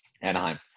Anaheim